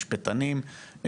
משפטנים,